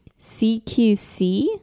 CQC